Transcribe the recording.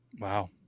Wow